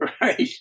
right